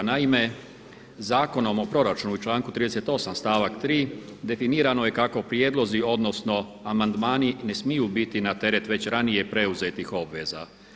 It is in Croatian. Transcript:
Naime, Zakonom o proračunu u članku 38. stavak 3. definirano je kao prijedlozi amandmani ne smiju biti na teret već ranije preuzetih obveza.